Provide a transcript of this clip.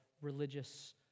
religious